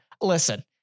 Listen